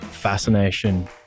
fascination